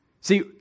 See